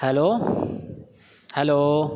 hello hello